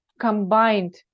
combined